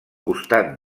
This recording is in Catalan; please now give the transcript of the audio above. costat